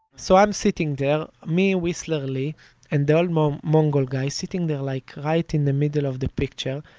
so i'm sitting there, me, whistler li and the old um mongol guy, sitting there like right in the middle of the picture,